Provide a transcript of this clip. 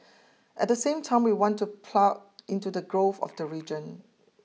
at the same time we want to plug into the growth of the region